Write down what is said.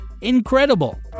Incredible